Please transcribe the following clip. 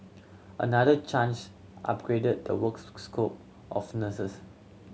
another change upgraded the works scope of nurses